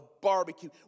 barbecue